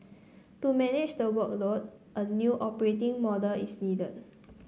to manage the workload a new operating model is needed